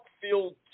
feel